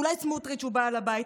אולי סמוטריץ' הוא בעל הבית?